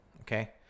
Okay